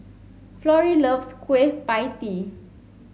Florie loves Kueh Pie Tee